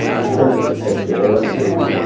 i'm sure this was kids too, they're looking for easy money,